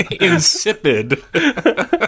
Insipid